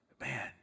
man